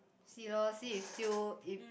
see lor see if still if